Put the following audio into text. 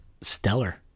stellar